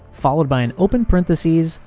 followed by an open parenthesis,